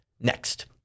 Next